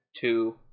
two